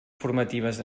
formatives